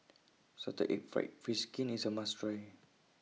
Salted Egg Fried Fish Skin IS A must Try